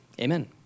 Amen